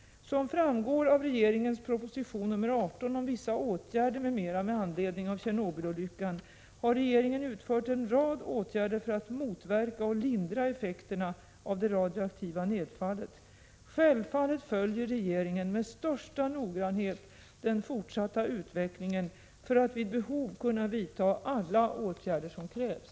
Som framgår av regeringens proposition 1986/87:18 om vissa åtgärder m.m. med anledning av Tjernobylolyckan har regeringen utfört en rad åtgärder för att motverka och lindra effekterna av det radioaktiva nedfallet. Självfallet följer regeringen med största noggrannhet den fortsatta utvecklingen för att vid behov kunna vidta alla åtgärder som krävs.